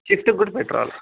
స్విఫ్ట్కు కూడా పెట్రోల్